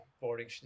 boarding